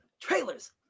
trailers